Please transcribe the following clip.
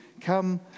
come